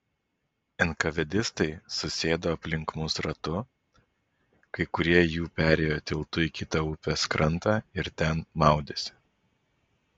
enkavedistai susėdo aplink mus ratu kai kurie jų perėjo tiltu į kitą upės krantą ir ten maudėsi